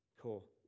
cool